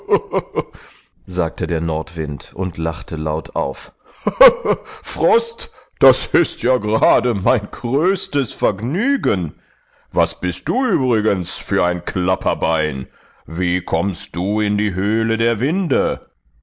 sagte der nordwind und lachte laut auf frost das ist ja gerade mein größtes vergnügen was bist du übrigens für ein klapperbein wie kommst du in die höhle der winde